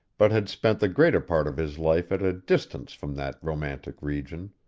but had spent the greater part of his life at a distance from that romantic region,